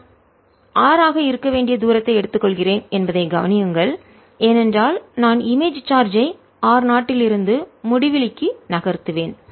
நான் r ஆக இருக்க வேண்டிய தூரத்தை எடுத்துக்கொள்கிறேன் என்பதைக் கவனியுங்கள் ஏனென்றால் நான் இமேஜ் சார்ஜ் ஐ r0 லிருந்து முடிவிலிக்கு நகர்த்துவேன்